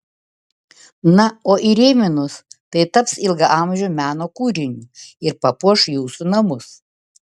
na o įrėminus tai taps ilgaamžiu meno kūriniu ir papuoš jūsų namus